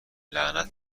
لعنت